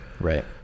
Right